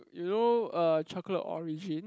you know er chocolate origin